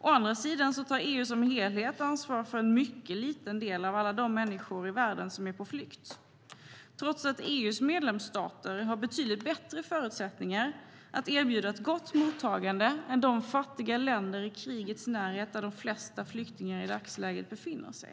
Å andra sidan tar EU som helhet ansvar för en mycket liten del av alla de människor i världen som är på flykt, trots att EU:s medlemsstater har betydligt bättre förutsättningar att erbjuda ett gott mottagande än de fattiga länder i krigets närhet där de flesta flyktingar i dagsläget befinner sig.